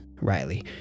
Riley